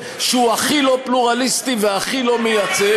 באופן שהוא הכי לא פלורליסטי והכי לא מייצג,